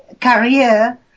career